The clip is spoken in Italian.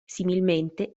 similmente